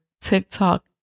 TikTok